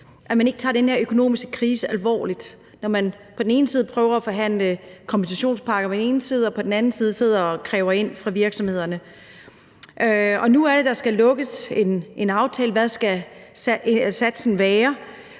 at man ikke tager den her økonomiske krise alvorligt, når man på den ene side prøver at forhandle kompensationspakker og på den anden side sidder og kræver ind fra virksomhederne. Nu er det, der skal lukkes en aftale om, hvad satsen skal